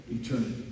eternity